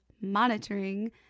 monitoring